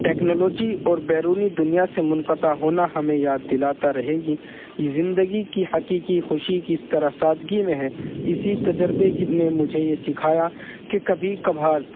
technology اور بیرونی دنیا سے منقطع ہونا ہمیں یاد دلاتا رہے گا زندگی کی حقیقی خوشی کس طرح سادگی میں ہے اسی تجربے نے مجھے یہ سکھایا کہ کبھی کبھار